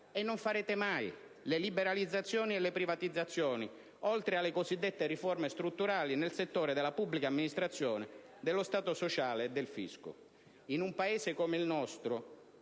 e non farete mai, le liberalizzazioni e le privatizzazioni, oltre alle cosiddette riforme strutturali nel settore della pubblica amministrazione, dello Stato sociale e del fisco, in preda a una